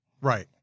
Right